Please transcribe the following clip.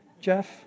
Jeff